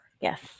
Yes